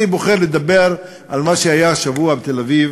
אני בוחר לדבר על מה שהיה השבוע בתל-אביב